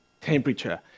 temperature